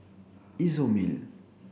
Isomil